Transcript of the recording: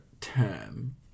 term